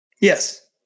Yes